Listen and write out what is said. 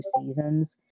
seasons